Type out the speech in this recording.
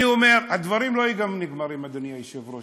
אני אומר, הדברים לא נגמרים, אדוני היושב-ראש.